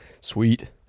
Sweet